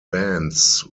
bands